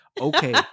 Okay